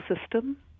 system